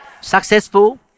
Successful